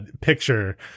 picture